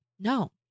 No